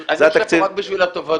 התקציב --- אני יושב פה רק בשביל התובנות,